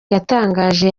yatangaje